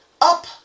up